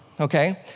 okay